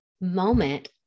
moment